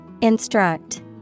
Instruct